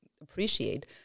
appreciate